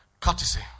Courtesy